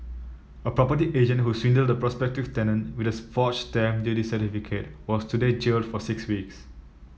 a property agent who swindled a prospective tenant with a forged stamp duty certificate was today jailed for six weeks